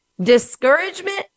discouragement